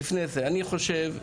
אני חושב,